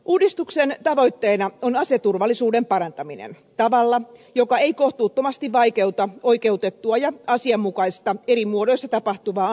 uudistuksen tavoitteena on aseturvallisuuden parantaminen tavalla joka ei kohtuuttomasti vaikeuta oikeutettua ja asianmukaista eri muodoissa tapahtuvaa ampumaharrastusta